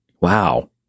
Wow